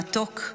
מתוק,